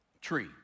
tree